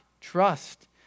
trust